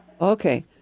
Okay